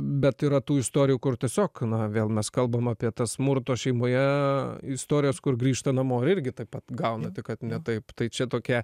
bet yra tų istorijų kur tiesiog na vėl mes kalbam apie tas smurto šeimoje istorijas kur grįžta namo irgi taip pat gauna tik kad ne taip tai čia tokia